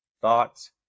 thoughts